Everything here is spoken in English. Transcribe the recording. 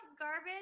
garbage